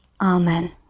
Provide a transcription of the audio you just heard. amen